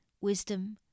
wisdom